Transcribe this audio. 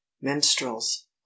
minstrels